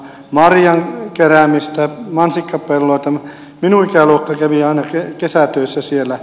marjan keräämistä mansikkapelloilta minun ikäluokkani kävi aina kesätöissä siellä